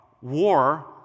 war